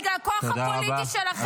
אני